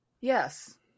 Yes